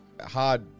hard